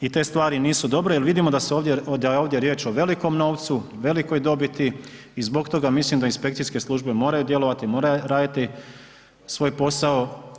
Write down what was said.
I te stvari nisu dobre jer vidimo da je ovdje riječ o velikom novcu, velikoj dobiti i zbog toga mislim da inspekcijske službe moraju djelovati, moraju raditi svoj posao.